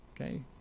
Okay